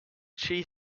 she